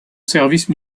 service